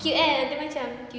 cute kan dia macam